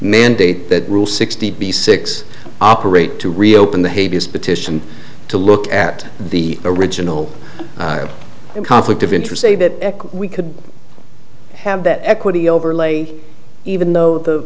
mandate that rule sixty six operate to reopen the hades petition to look at the original conflict of interest say that we could have that equity overlay even though the